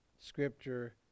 scripture